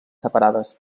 separades